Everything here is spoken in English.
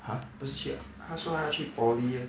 !huh! 不是去他说他要去 poly eh